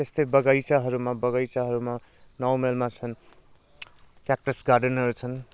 त्यस्तै बगैँचाहरूमा बगैँचाहरूमा नौ माइलमा छन क्याक्टस गार्डनहरू छन